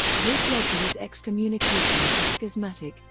this led to his excommunication as a schismatic,